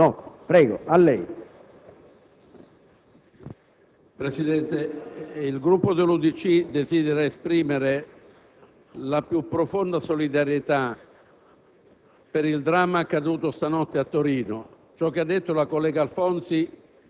Presidente, il Gruppo dell'UDC desidera esprimere la più profonda solidarietà